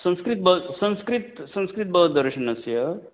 संस्कृत बौ संस्कृत संस्कृतबौद्धदर्शनस्य